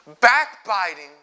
backbiting